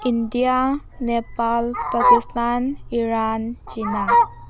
India Nepal Pakistan Iran China